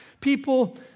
people